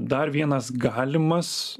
dar vienas galimas